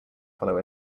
follow